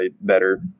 better